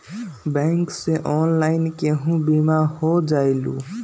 Bank से online केहु बिमा हो जाईलु?